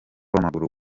w’amaguru